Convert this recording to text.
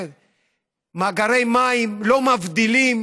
מאגרי מים לא מבדילים